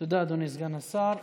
תודה, אדוני סגן השר.